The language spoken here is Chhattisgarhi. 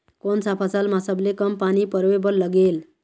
कोन सा फसल मा सबले कम पानी परोए बर लगेल?